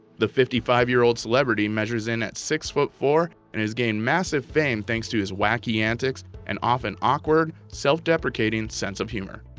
the fifty five year old celebrity measures in at six foot four and has gained massive fame thanks to his wacky antics and often awkward, self-deprecating sense of humor.